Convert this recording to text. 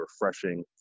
refreshing